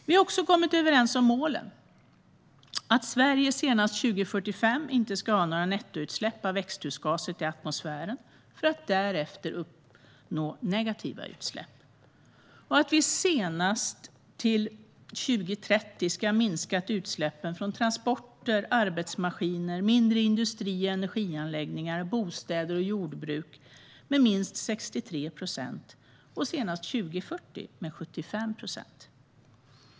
Vi har också kommit överens om målen: att Sverige senast 2045 inte ska ha några nettoutsläpp av växthusgaser till atmosfären för att därefter uppnå negativa utsläpp och att vi senast till 2030 ska ha minskat utsläppen från transporter, arbetsmaskiner, mindre industri och energianläggningar, bostäder och jordbruk med minst 63 procent och senast 2040 med 75 procent.